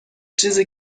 چیزی